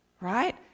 right